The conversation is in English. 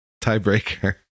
Tiebreaker